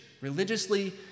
religiously